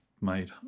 made